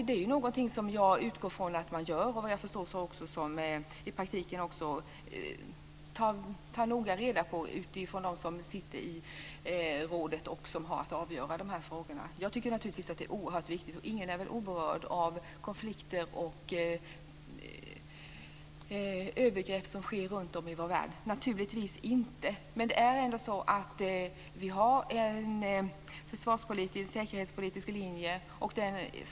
Det är något som jag utgår från att man gör och noga tar reda på i praktiken utifrån dem som sitter i rådet och som har att avgöra dessa frågor. Jag tycker naturligtvis att det är oerhört viktigt, och ingen är naturligtvis oberörd av konflikter och övergrepp som sker runtom i vår värld. Men vi har ändå en försvarspolitisk och säkerhetspolitisk linje.